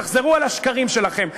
תחזרו על השקרים שלכם.